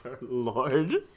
Lord